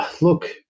Look